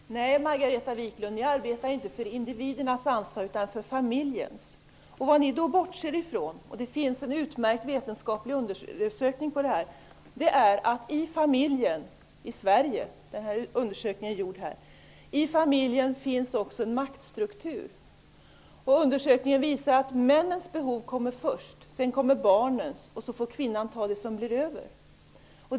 Herr talman! Nej, Margareta Viklund, ni arbetar inte för individernas ansvar utan för familjens. Vad ni då bortser från -- det finns en utmärkt svensk vetenskaplig undersökning i det sammanhanget -- är att det också i familjen finns en maktstruktur. Gjorda undersökning visar att mannens behov kommer först. Sedan kommer barnens behov. Kvinnan får ta det som blir över.